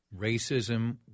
racism